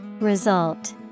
Result